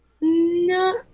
No